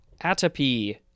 atopy